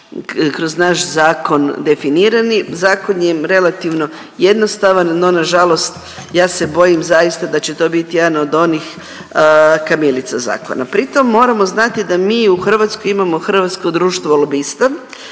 kroz naš zakon definirani. Zakon je relativno jednostavan no na žalost ja se bojim zaista da će to biti jedan od onih kamilica zakona. Pri tom moramo znati da mi u Hrvatskoj imamo Hrvatsko društvo lobista,